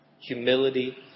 humility